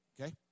Okay